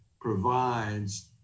provides